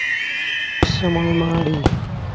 Semal Mardi